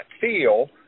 feel